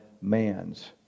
man's